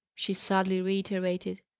she sadly reiterated.